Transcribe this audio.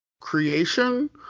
creation